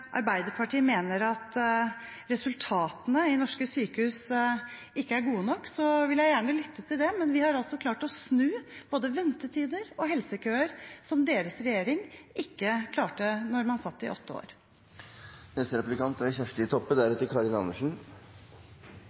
Arbeiderpartiet mener at resultatene i norske sykehus ikke er gode nok, vil jeg gjerne lytte til det, men vi har altså klart å snu både ventetider og helsekøer, som deres regjering ikke klarte da man satt i åtte